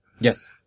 Yes